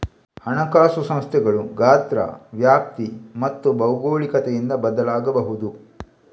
ಹಣಕಾಸು ಸಂಸ್ಥೆಗಳು ಗಾತ್ರ, ವ್ಯಾಪ್ತಿ ಮತ್ತು ಭೌಗೋಳಿಕತೆಯಿಂದ ಬದಲಾಗಬಹುದು